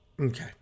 Okay